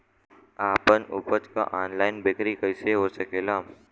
आपन उपज क ऑनलाइन बिक्री कइसे हो सकेला?